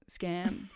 scam